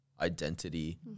identity